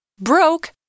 broke